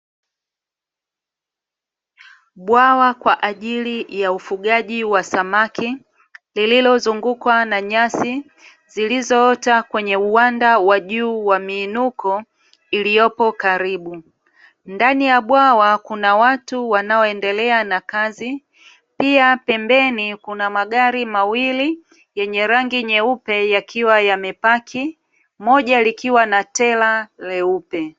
Bwawa kwa ajili ya ufugaji wa samaki, lililozungukwa na nyasi zilizoota kwenye uwanda wa juu wa miinuko iliyopo karibu. Ndani ya bwawa kuna watu wanaoendelea na kazi, pia pembeni kuna magari mawili yenye rangi nyeupe yakiwa yamepaki, moja likiwa na tela leupe.